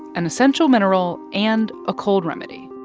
an essential mineral and a cold remedy.